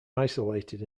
isolated